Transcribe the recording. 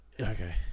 Okay